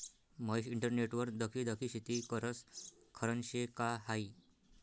महेश इंटरनेटवर दखी दखी शेती करस? खरं शे का हायी